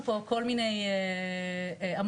בבקשה.